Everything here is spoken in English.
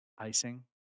Icing